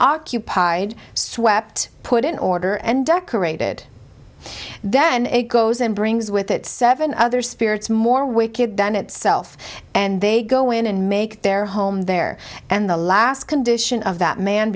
occupied swept put in order and decorated then it goes and brings with it seven other spirits more wicked than itself and they go in and make their home there and the last condition of that man